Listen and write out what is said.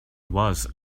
was